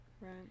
Right